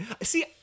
See